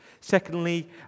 Secondly